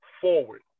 forward